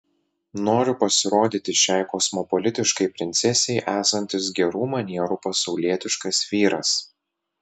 noriu pasirodyti šiai kosmopolitiškai princesei esantis gerų manierų pasaulietiškas vyras